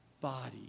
body